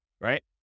Right